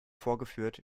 vorgeführt